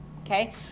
okay